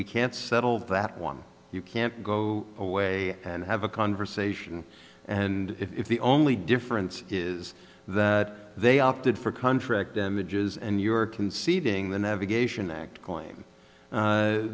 we can't settle that one you can't go away and have a conversation and if the only difference is that they opted for contract damages and you're conceding the navigation act